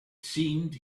seemed